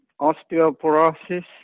osteoporosis